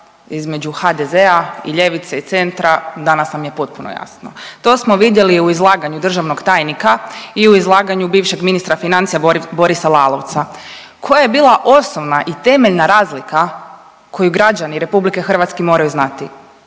između HDZ-a i ljevice i centra danas vam je potpuno jasno. To smo vidjeli u izlaganju državnog tajnika i u izlaganju bivšeg ministra financija Borisa Lalovca. Koje je bila osnovna i temeljna razlika koju građani RH moraju znati?